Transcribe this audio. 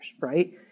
right